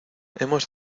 hemos